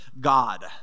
God